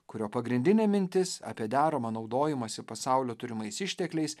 kurio pagrindinė mintis apie deramą naudojimąsi pasaulio turimais ištekliais